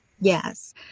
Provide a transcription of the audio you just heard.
yes